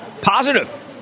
positive